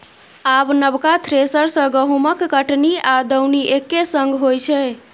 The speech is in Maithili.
आब नबका थ्रेसर सँ गहुँमक कटनी आ दौनी एक्के संग होइ छै